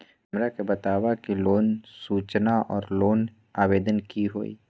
हमरा के बताव कि लोन सूचना और लोन आवेदन की होई?